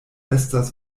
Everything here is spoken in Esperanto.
estas